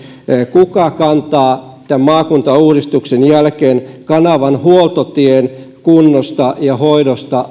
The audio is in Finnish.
kuka kantaa tämän maakuntauudistuksen jälkeen kanavan huoltotien kunnosta ja hoidosta